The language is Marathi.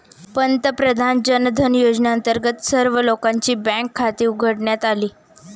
पंतप्रधान जनधन योजनेअंतर्गत सर्व लोकांची बँक खाती उघडण्यात आली